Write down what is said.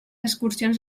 excursions